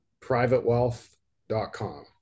privatewealth.com